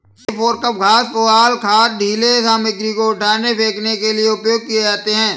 हे फोर्कव घास, पुआल, खाद, ढ़ीले सामग्री को उठाने, फेंकने के लिए उपयोग किए जाते हैं